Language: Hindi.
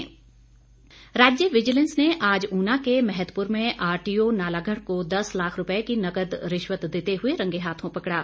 विजिलेंस राज्य विजिलेंस ने आज ऊना के मैहतपुर में आरटीओ नालागढ़ को दस लाख रुपए की नकद रिश्वत देते हुए रंगे हाथों पकड़ा